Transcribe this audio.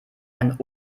ein